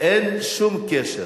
אין שום קשר.